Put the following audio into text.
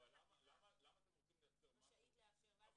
אבל למה אתם רוצים לאשר משהו --- רשאית לאשר ואז